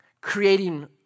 creating